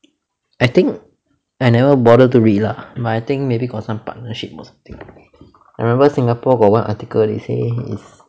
I think I never bother to read lah but I think maybe got some partnership or something ah I remember singapore got one article they say is